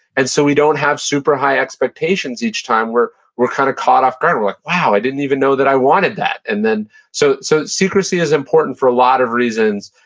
and so we don't have super high expectations each time. we're we're kind of caught off guard. we're like, wow, i didn't even know that i wanted that. and so so secrecy is important for a lot of reasons,